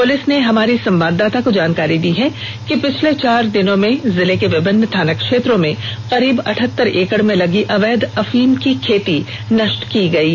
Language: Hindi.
पुलिस ने हमारी संवाददाता को जानकारी दी है कि पिछले चार दिनों में जिले के विभिन्न थाना क्षेत्रों में करीब अठहत्तर एकड़ में लगी अवैध अफीम की खेती को नष्ट की गयी